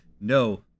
No